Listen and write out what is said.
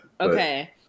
Okay